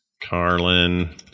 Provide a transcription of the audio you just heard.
Carlin